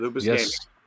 Yes